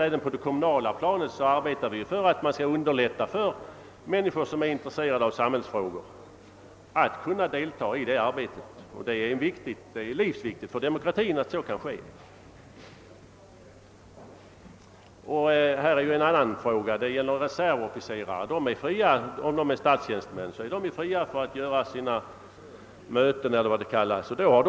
även på det kommunala planet arbetar man på att underlätta för människor som är intresserade av samhällsfrågor att deltaga i kommunens arbete. Det är livsviktigt för demokratin att så kan ske. Detta tangerar också en annan fråga; en reservofficer är, om han är statstjänsteman, fri att göra sina mö ten och har då enkelt B-avdrag.